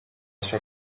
sua